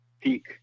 peak